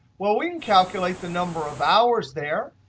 well, we can calculate the number of hours there.